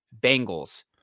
Bengals